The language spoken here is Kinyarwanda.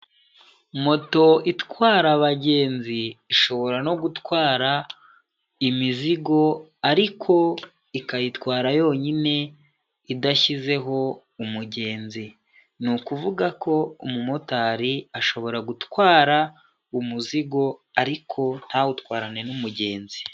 Moto itwara abagenzi ishobora no gutwara imizigo ariko ikayitwara yonyine idashyizeho umugenzi, ni ukuvuga ko umumotari ashobora gutwara umuzigo ariko ntawutwarane n'umugenzi.